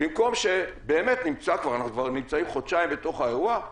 אנחנו כבר נמצאים חודשיים בתוך האירוע,